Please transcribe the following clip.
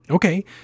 Okay